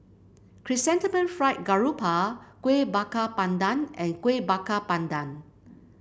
Chrysanthemum Fried Garoupa Kuih Bakar Pandan and Kuih Bakar Pandan